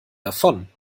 davon